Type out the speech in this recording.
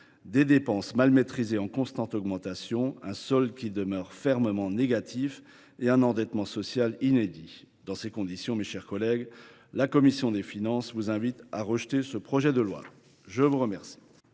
des dépenses mal maîtrisées en constante augmentation, un solde qui demeure fermement négatif et un endettement social inédit. Dans ces conditions, mes chers collègues, la commission des finances vous invite à rejeter ce projet de loi. La parole